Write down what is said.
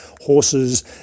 horses